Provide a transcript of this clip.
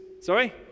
sorry